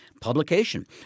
publication